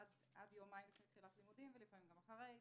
עד יומיים לפני תחילת לימודים ולפעמים גם אחרי,